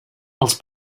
els